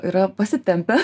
yra pasitempę